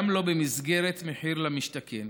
גם לא במסגרת מחיר למשתכן.